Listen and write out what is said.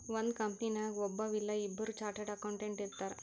ಒಂದ್ ಕಂಪನಿನಾಗ್ ಒಬ್ಬವ್ ಇಲ್ಲಾ ಇಬ್ಬುರ್ ಚಾರ್ಟೆಡ್ ಅಕೌಂಟೆಂಟ್ ಇರ್ತಾರ್